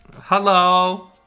Hello